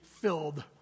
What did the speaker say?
filled